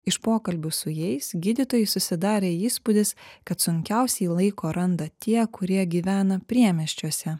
iš pokalbių su jais gydytojai susidarė įspūdis kad sunkiausiai laiko randa tie kurie gyvena priemiesčiuose